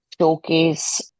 showcase